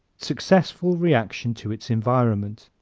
successful reaction to its environment.